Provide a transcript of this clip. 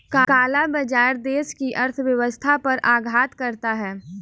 काला बाजार देश की अर्थव्यवस्था पर आघात करता है